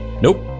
Nope